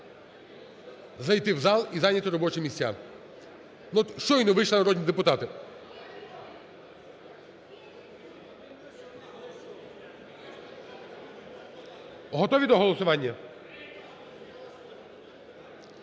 зайти в зал і зайняти робочі місця. Ну, от щойно вийшли народні депутати. Готові до голосування?